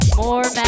more